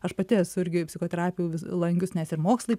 aš pati esu irgi psichoterapijų lankius nes ir mokslai